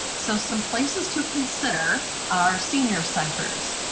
so some places to consider are senior centers.